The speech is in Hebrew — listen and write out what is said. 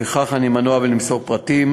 ולפיכך אני מנוע מלמסור פרטים.